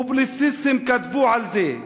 פובליציסטים כתבו על זה,